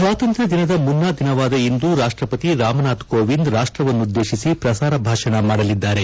ಸ್ವಾತಂತ್ರ್ತ ದಿನದ ಮುನ್ನಾ ದಿನವಾದ ಇಂದು ರಾಷ್ಟಪತಿ ರಾಮನಾಥ್ ಕೋವಿಂದ್ ರಾಷ್ಟ್ವನ್ನುದ್ದೇಶಿಸಿ ಪ್ರಸಾರ ಭಾಷಣ ಮಾಡಲಿದ್ದಾರೆ